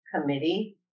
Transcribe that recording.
committee